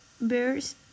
bears